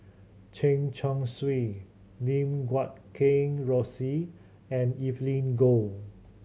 Chen Chong Swee Lim Guat Kheng Rosie and Evelyn Goh